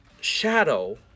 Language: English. shadow